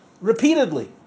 repeatedly